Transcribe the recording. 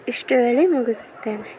ಇಷ್ಟು ಹೇಳಿ ಮುಗಿಸುತ್ತೇನೆ